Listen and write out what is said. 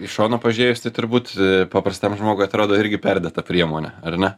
iš šono pažiūrėjus tai turbūt paprastam žmogui atrodo irgi perdėta priemonė ar ne